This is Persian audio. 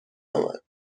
آمد